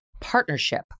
partnership